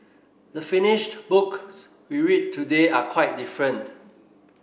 the finished books we read today are quite different